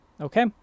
Okay